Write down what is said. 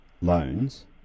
loans